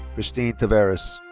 christine tavares.